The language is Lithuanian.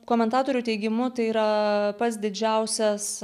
komentatorių teigimu tai yra pats didžiausias